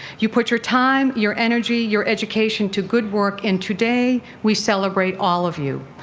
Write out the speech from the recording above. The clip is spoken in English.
you put your time, your energy, your education to good work and today we celebrate all of you.